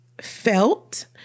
felt